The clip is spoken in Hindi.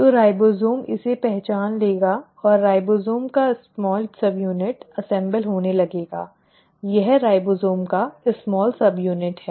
तो राइबोसोम इसे पहचान लेगा और राइबोसोम का छोटा सबयूनिट असेंबल होने लगेगा यह राइबोसोम का छोटा सबयूनिट है